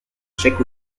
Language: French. cheikh